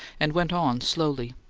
and went on slowly,